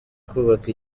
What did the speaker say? kubaka